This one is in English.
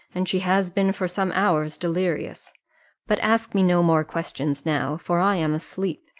and she has been for some hours delirious but ask me no more questions now, for i am asleep,